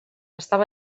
estava